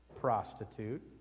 prostitute